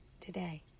today